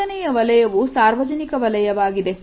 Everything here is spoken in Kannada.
ನಾಲ್ಕನೆಯ ವಲಯವು ಸಾರ್ವಜನಿಕ ವಲಯವಾಗಿದೆ